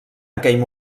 aquell